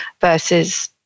versus